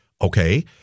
Okay